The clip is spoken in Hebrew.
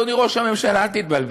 אדוני ראש הממשלה: אל תתבלבל,